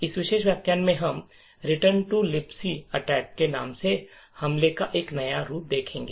इस विशेष व्याख्यान में हम Return to Libc Attack के नाम से हमले का एक नया रूप देखेंगे